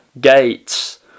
gates